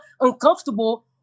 uncomfortable